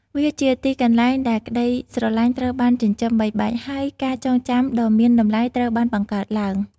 វាជាទីកន្លែងដែលក្ដីស្រឡាញ់ត្រូវបានចិញ្ចឹមបីបាច់ ហើយការចងចាំដ៏មានតម្លៃត្រូវបានបង្កើតឡើង។